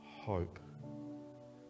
hope